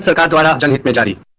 so da da da da da